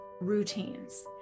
routines